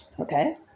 Okay